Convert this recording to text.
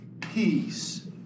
peace